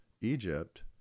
Egypt